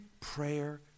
prayer